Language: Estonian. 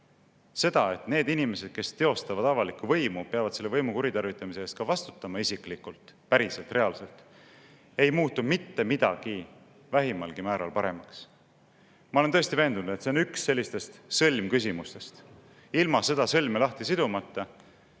seda, et need inimesed, kes teostavad avalikku võimu, peavad selle võimu kuritarvitamise eest isiklikult, päriselt ja reaalselt vastutama –, ei muutu mitte midagi vähimalgi määral paremaks. Ma olen täiesti veendunud, et see on üks meie sõlmküsimustest. Ilma seda sõlme lahti sidumata